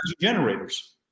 generators